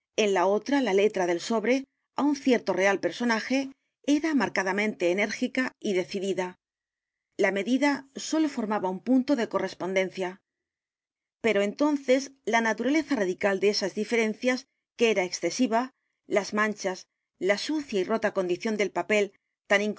en la otra la letra del sobre á un cierto real personaje era marcadamente enérgica y decidida la medida sólo formaba un punto de correspondencia pero entonces la naturaleza radical de esas diferencias que era excesiva las manchas la sucia y rota condición del papel t